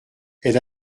elle